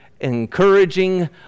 encouraging